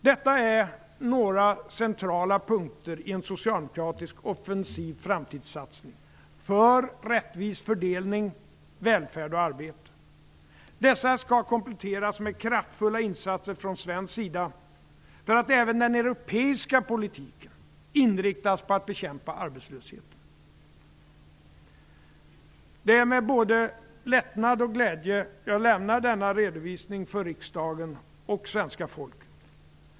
Detta är några centrala punkter i en socialdemokratisk offensiv framtidssatsning för rättvis fördelning, välfärd och arbete. Dessa skall kompletteras med kraftfulla insatser från svensk sida för att även den europeiska politiken skall inriktas på att bekämpa arbetslösheten. Det är med både lättnad och glädje som jag lämnar denna redovisning för riksdagen och svenska folket.